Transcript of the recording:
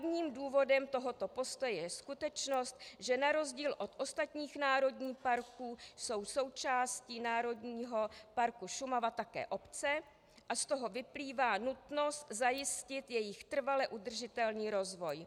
Hlavním důvodem tohoto postoje je skutečnost, že na rozdíl od ostatních národních parků jsou součástí Národního parku Šumava také obce a z toho vyplývá nutnost zajistit jejich trvale udržitelný rozvoj.